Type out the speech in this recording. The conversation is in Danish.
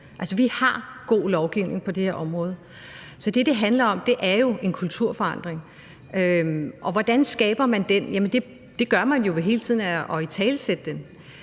for vi har god lovgivning på det her område. Så det, det handler om, er jo en kulturforandring. Og hvordan skaber man den? Det gør man jo ved hele tiden at italesætte den.